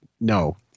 no